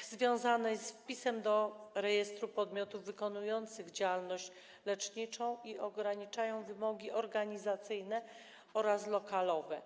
związanych z wpisem do rejestru podmiotów wykonujących działalność leczniczą i ograniczają wymogi organizacyjne oraz lokalowe.